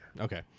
Okay